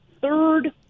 third